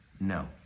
No